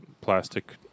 plastic